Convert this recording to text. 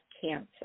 cancer